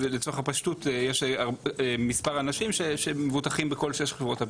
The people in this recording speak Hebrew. הפשטות יש מספר אנשים שמבוטחים בכל שש חברות הביטוח,